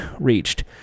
reached